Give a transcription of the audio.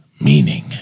meaning